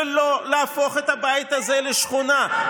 ולא להפוך את הבית הזה לשכונה,